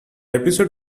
episode